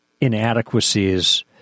inadequacies